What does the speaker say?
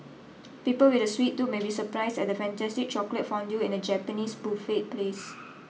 people with a sweet tooth may be surprised at a fantastic chocolate fondue in a Japanese buffet place